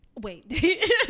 wait